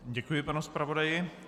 Děkuji panu zpravodaji.